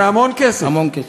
המון כסף.